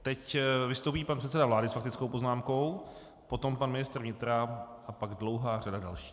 Teď vystoupí pan předseda vlády s faktickou poznámkou, potom pan ministr vnitra a pak dlouhá řada dalších.